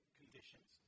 conditions